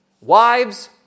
Wives